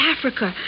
Africa